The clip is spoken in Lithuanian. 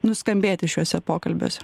nuskambėti šiuose pokalbiuose